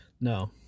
No